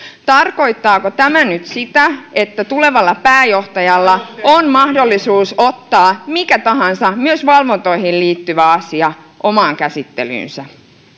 tarkoittaako tämä nyt sitä että tulevalla pääjohtajalla on mahdollisuus ottaa mikä tahansa asia myös valvontoihin liittyvä omaan käsittelyynsä